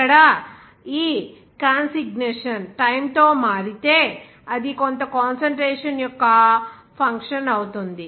ఇక్కడ ఈ కాన్సిగ్నషన్ టైమ్ తో మారితే అది కొంత కాన్సన్ట్రేషన్ యొక్క ఫంక్షన్ అవుతుంది